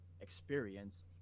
experience